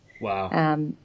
Wow